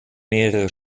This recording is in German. mehrere